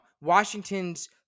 Washington's